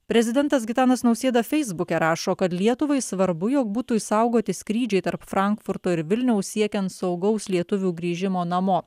prezidentas gitanas nausėda feisbuke rašo kad lietuvai svarbu jog būtų išsaugoti skrydžiai tarp frankfurto ir vilniaus siekiant saugaus lietuvių grįžimo namo